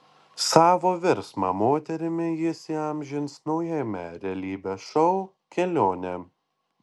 savo virsmą moterimi jis įamžins naujame realybės šou kelionė